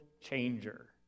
changer